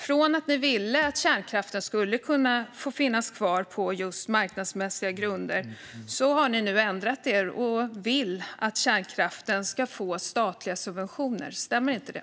Från att ni ville att kärnkraften skulle få finnas kvar på just marknadsmässiga grunder har ni nu ändrat er och vill att kärnkraften ska få statliga subventioner. Stämmer inte det?